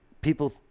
People